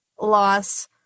loss